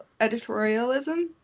editorialism